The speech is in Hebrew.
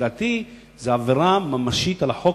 לדעתי זו עבירה ממשית על החוק,